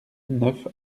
neuf